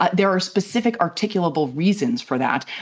ah there are specific, articulable reasons for that.